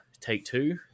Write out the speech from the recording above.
Take-Two